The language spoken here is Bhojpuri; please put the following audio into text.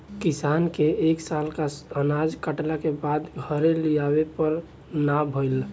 किसान के ए साल सब अनाज कटला के बाद घरे लियावे भर ना भईल